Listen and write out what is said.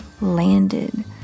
landed